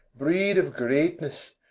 breed of greatness!